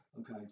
Okay